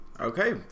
Okay